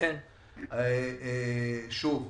שוב,